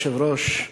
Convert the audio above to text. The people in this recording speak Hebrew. אדוני היושב-ראש,